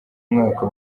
mwaka